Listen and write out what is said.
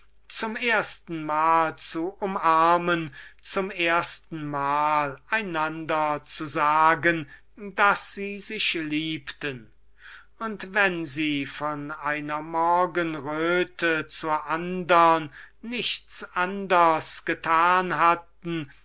zum erstenmal zu umarmen zum erstenmal einander zu sagen daß sie sich liebten und wenn sie von einer morgenröte zur andern nichts anders getan hatten